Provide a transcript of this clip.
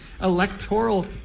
Electoral